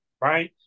Right